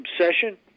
obsession